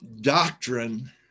doctrine